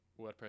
WordPress